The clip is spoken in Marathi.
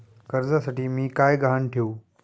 कर्जासाठी मी काय गहाण ठेवू?